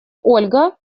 ольга